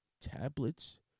Tablets